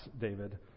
David